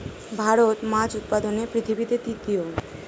ভারত মাছ উৎপাদনে পৃথিবীতে তৃতীয়